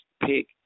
pick